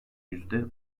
yüzde